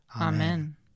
Amen